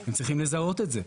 הם צריכים לזהות את זה.